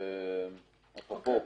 ואפרופו,